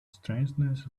strangeness